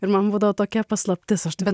ir man būdavo tokia paslaptis aš tave